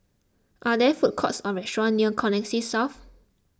are there food courts or restaurants near Connexis South